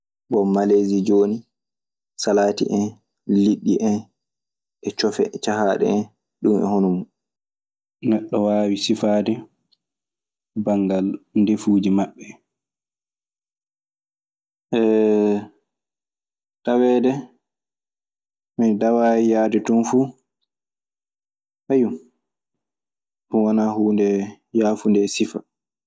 Bon, maleesi jooni: salaati en, liɗɗi en, e coffe cahaaɗe en. Ɗun e hono mun neɗɗo waawi sifaade banngal ndefuuji maɓɓe. taweede mi daway yaade ton fu, ayyo ɗun wana huunde yaafunde e sifa.